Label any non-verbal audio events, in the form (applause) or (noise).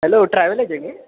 hello travel agent (unintelligible)